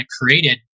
created